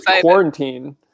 quarantine